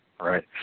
Right